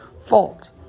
fault